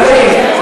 אין מתנגדים.